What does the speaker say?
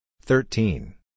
thirteen